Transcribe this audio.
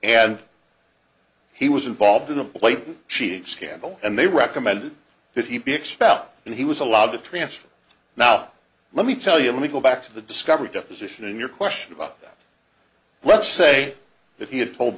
and he was involved in a blatant cheating scandal and they recommended that he be expelled and he was allowed to transfer him out let me tell you let me go back to the discovery deposition and your question about let's say that he had told